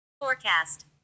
Forecast